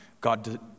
God